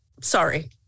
Sorry